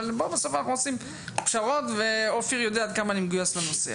בסוף אנחנו עושים פשרות ואופיר יודע עד כמה אני מגויס לנושא.